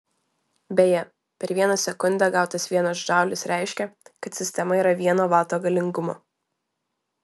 beje per vieną sekundę gautas vienas džaulis reiškia kad sistema yra vieno vato galingumo